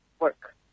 work